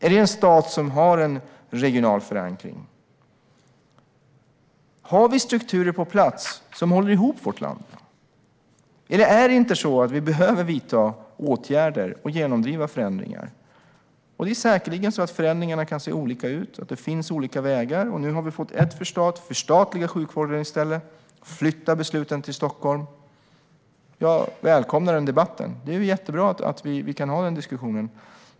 Är det en stat som har en regional förankring? Har vi strukturer på plats som håller ihop vårt land, eller är det inte så att vi behöver vidta åtgärder och genomdriva förändringar? Förändringarna kan säkerligen se olika ut, och det kan också finnas olika vägar. Nu har vi fått ett förslag: Förstatliga sjukvården i stället och flytta besluten till Stockholm. Jag välkomnar den debatten. Det är jättebra att vi kan ha den diskussionen.